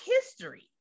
history